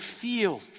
feel